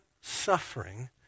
suffering